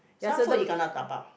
some food you cannot dabao